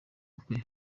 kwe